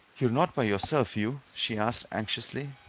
you're not by yourself, hugh? she asked anxiously.